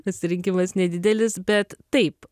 asirinkimas nedidelis bet taip